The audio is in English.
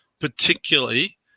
particularly